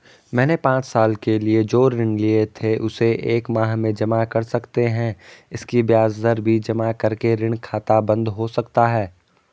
मैंने पांच साल के लिए जो ऋण लिए थे उसे एक माह में जमा कर सकते हैं इसकी ब्याज दर भी जमा करके ऋण खाता बन्द हो सकता है?